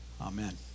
Amen